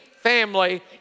family